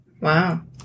Wow